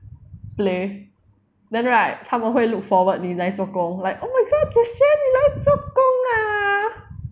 play then right 他们会 look forward 你来做工 like oh my god leschanne 你来做工 ah